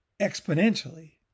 exponentially